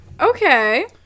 Okay